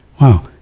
Wow